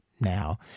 now